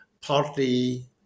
partly